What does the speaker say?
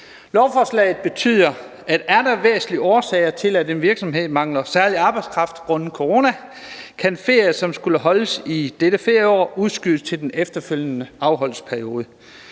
Lovforslaget betyder, at er der væsentlige årsager til, at en virksomhed mangler særlig arbejdskraft grundet corona, kan ferie, som skulle holdes i dette ferieår, udskydes til den efterfølgende afholdelsesperiode.